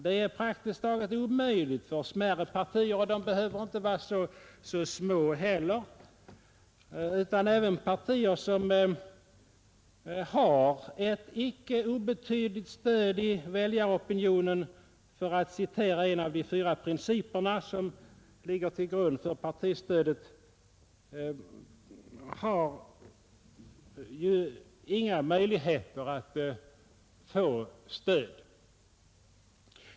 Det är praktiskt taget omöjligt för smärre partier, och de behöver inte vara så små heller, utan även partier som har ”ett icke obetydligt stöd i väljaropinionen” — för att citera en av de fyra principer som ligger till grund för partistödet — saknar möjligheter att få stöd.